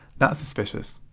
that's suspicious!